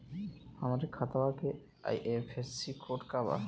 हमरे खतवा के आई.एफ.एस.सी कोड का बा?